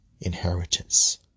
inheritance